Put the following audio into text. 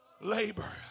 labor